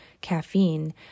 caffeine